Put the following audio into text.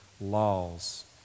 laws